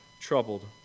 troubled